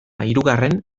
hirugarren